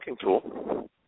tool